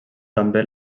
també